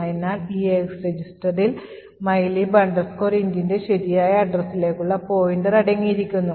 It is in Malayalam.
അതിനാൽ EAX രജിസ്റ്ററിൽ mylib intന്റെ ശരിയായ addressലേക്കുള്ള പോയിന്റർ അടങ്ങിയിരിക്കുന്നു